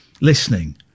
listening